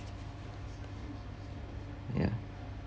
ya